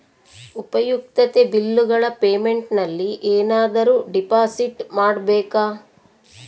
ಉಪಯುಕ್ತತೆ ಬಿಲ್ಲುಗಳ ಪೇಮೆಂಟ್ ನಲ್ಲಿ ಏನಾದರೂ ಡಿಪಾಸಿಟ್ ಮಾಡಬೇಕಾ?